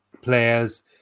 players